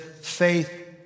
faith